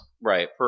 Right